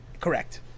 Correct